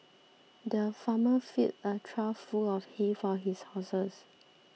the farmer filled a trough full of hay for his horses